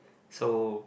so